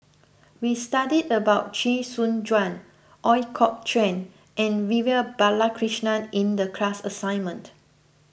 we studied about Chee Soon Juan Ooi Kok Chuen and Vivian Balakrishnan in the class assignment